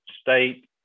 state